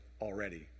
already